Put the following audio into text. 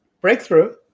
breakthrough